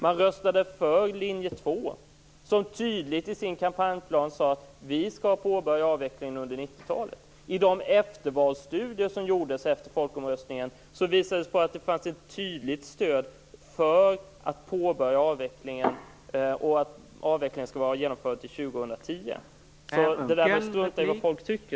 Man röstade på linje 2, som tydligt i sin kampanjplan sade: Vi skall påbörja avvecklingen under 90-talet. I de eftervalsstudier som gjordes efter folkomröstningen, visade det sig att det fanns ett tydligt stöd för att påbörja avvecklingen, och för att avvecklingen skulle vara genomförd till år